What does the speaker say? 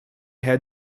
head